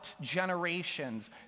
generations